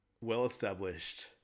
well-established